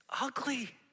ugly